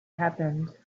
happened